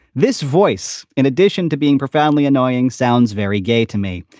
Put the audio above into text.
this voice, in addition to being profoundly annoying, sounds very gay to me.